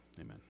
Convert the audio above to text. Amen